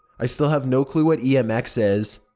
i still have no clue what emx is.